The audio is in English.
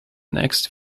next